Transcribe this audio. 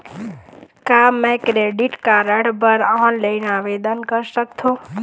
का मैं credit card बर ऑनलाइन आवेदन कर सकथों?